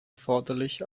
erforderlich